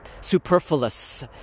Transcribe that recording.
superfluous